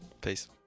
Peace